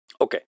okay